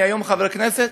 אני היום חבר כנסת,